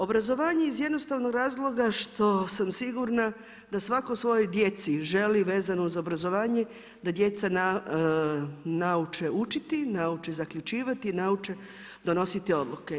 Obrazovanje iz jednostavnog razloga što sam sigurna da svakoj djeci želi vezano uz obrazovanje da djeca nauče uliti, nauče zaključivati, nauče donositi odluke.